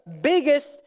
biggest